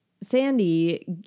Sandy